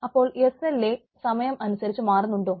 അപ്പോൾ S L A സമയം അനുസരിച്ച് മാറുന്നുണ്ടോ